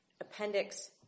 Appendix